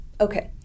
Okay